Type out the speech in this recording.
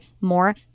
more